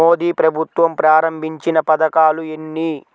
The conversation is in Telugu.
మోదీ ప్రభుత్వం ప్రారంభించిన పథకాలు ఎన్ని?